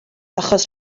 achos